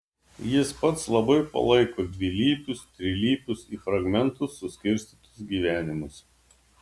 jis pats labai palaiko dvilypius trilypius į fragmentus suskirstytus gyvenimus